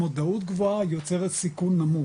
מודעות גבוהה יוצרת סיכון נמוך.